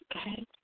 Okay